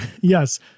Yes